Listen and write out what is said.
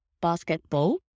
basketball